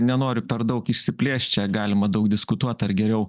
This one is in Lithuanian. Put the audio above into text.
nenoriu per daug išsiplėst čia galima daug diskutuot ar geriau